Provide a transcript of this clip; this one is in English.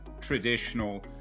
traditional